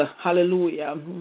hallelujah